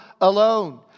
alone